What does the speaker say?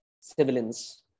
civilians